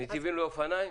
נתיבים לאופניים?